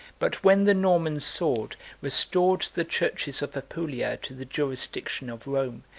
but when the norman sword restored the churches of apulia to the jurisdiction of rome,